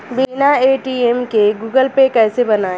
बिना ए.टी.एम के Google Pay कैसे बनायें?